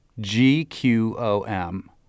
G-Q-O-M